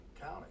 County